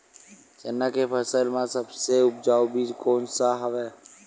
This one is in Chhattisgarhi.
चना के फसल म सबले उपजाऊ बीज कोन स हवय?